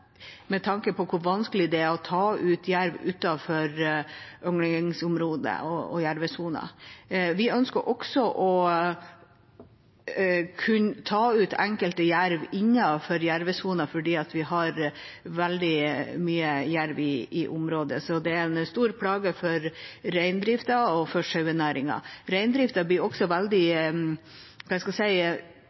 med tanke på hvor vanskelig det er å ta ut jerv utenfor ynglingsområdet og jervesona. Vi ønsker også å kunne ta ut enkelte jerv innenfor jervesona, for vi har veldig mye jerv i området, så det er en stor plage for reindrifta og for sauenæringen. Reinen blir også veldig